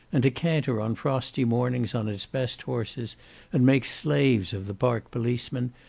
and to canter on frosty mornings on its best horses and make slaves of the park policemen,